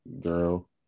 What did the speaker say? girl